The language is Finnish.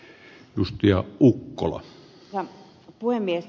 arvoisa puhemies